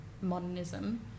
modernism